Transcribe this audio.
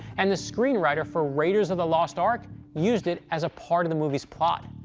and the screenwriter for raiders of the lost ark used it as a part of the movie's plot.